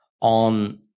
on